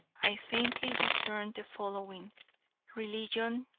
i faintly discerned the following religion,